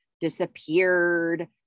disappeared